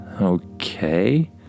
okay